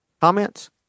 Comments